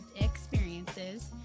experiences